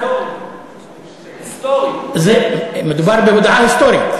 זו הודעה היסטורית.